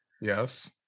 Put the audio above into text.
yes